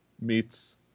meets